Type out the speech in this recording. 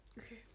Okay